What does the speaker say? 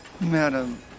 madam